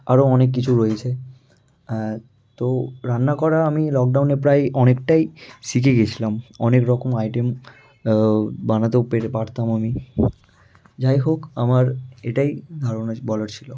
আরও অনেক কিছু রয়েছে তো রান্না করা আমি লকডাউনে প্রায় অনেকটাই শিখে গেছিলাম অনেক রকম আইটেম বানাতেও পেরে পারতাম আমি যাই হোক আমার এটাই ধারণা বলার ছিলো